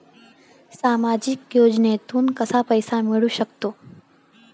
सामाजिक योजनेतून कसा पैसा मिळू सकतो?